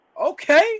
Okay